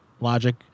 logic